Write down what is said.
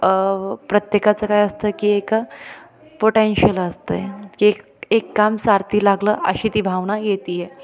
प्रत्येकाचं काय असतं की एक पोटॅन्शियल असतं आहे की एक एक काम सारथी लागलं अशी ती भावना येते आहे